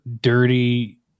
dirty